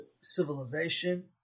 civilization